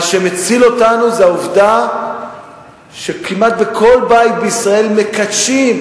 מה שמציל אותנו הוא העובדה שכמעט בכל בית בישראל מקדשים,